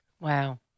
Wow